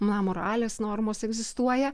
na moralės normos egzistuoja